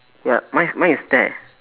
ya mine is mine is ted